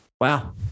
Wow